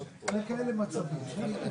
טענה שגם המספרים של בעלה לא נכונים,